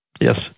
Yes